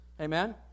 Amen